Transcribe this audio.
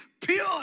pure